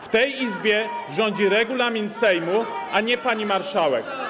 W tej Izbie rządzi regulamin Sejmu, a nie pani marszałek.